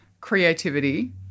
creativity